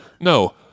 No